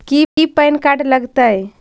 की PAN card लग तै?